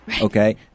Okay